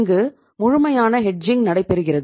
இங்கு முழுமையான ஹெட்ஜிங் நடைபெருகிறது